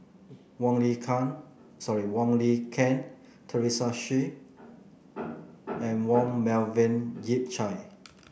Wong Lin sorry Wong Lin Ken Teresa Hsu and Yong Melvin Yik Chye